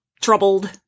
troubled